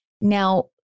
Now